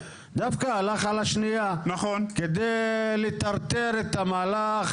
דווקא הלך על השנייה כדי לטרטר את המהלך